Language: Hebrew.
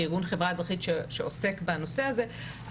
כארגון חברה אזרחית שעוסק בנושא הזה,